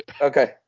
Okay